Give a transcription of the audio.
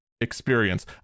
experience